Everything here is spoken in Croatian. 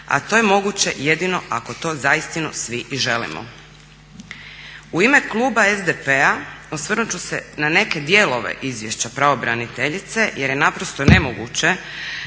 a to je moguće jedino ako to zaistinu svi i želimo. U ime kluba SDP-a osvrnuti ću se na neke dijelove izvješća pravobraniteljice jer je naprosto nemoguće